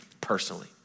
personally